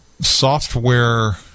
software